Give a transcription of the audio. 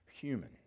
human